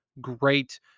great